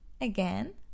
again